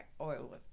Oil